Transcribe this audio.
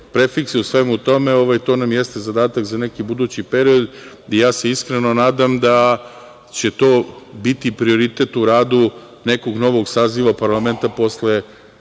prefikse u svemu tome, to nam jeste zadatak za neki budući period. Ja se iskreno nadam da će to biti prioritet u radu nekog novog saziva parlamenta posle